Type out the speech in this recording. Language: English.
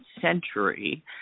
century